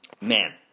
man